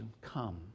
come